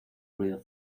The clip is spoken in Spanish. ruido